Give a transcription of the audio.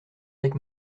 avec